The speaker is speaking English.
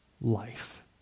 life